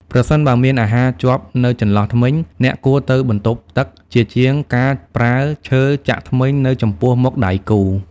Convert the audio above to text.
ប្រសិនបើមានអាហារជាប់នៅចន្លោះធ្មេញ អ្នកគួរទៅបន្ទប់ទឹកជាជាងការប្រើឈើចាក់ធ្មេញនៅចំពោះមុខដៃគូ។